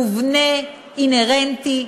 מובנה, אינהרנטי,